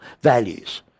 values